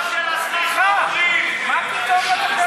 סליחה, למה לתת דקה?